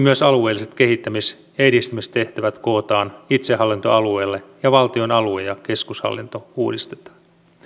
myös alueelliset kehittämis ja edistämistehtävät kootaan itsehallintoalueille ja valtion alue ja keskushallinto uudistetaan